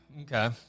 Okay